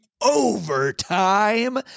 overtime